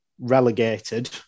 relegated